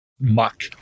muck